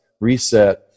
reset